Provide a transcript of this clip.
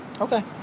Okay